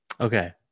Okay